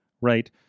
Right